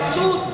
מבסוט.